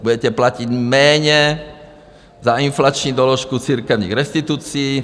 Budete platit méně za inflační doložku církevních restitucí.